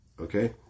Okay